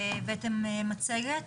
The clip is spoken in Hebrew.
בבקשה.